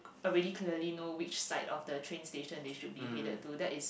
already clearly know which side of the train station they should be headed to that is